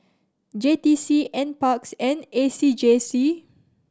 J T C N Parks and A C J C